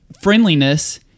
friendliness